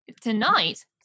Tonight